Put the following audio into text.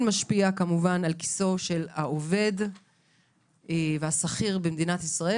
משפיע על כיסו של העובד והשכיר במדינת ישראל,